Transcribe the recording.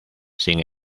sin